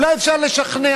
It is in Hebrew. אולי אפשר לשכנע.